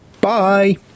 bye